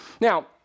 Now